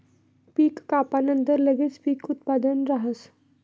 पीक कापानंतर लगेच पीक उत्पादन राहस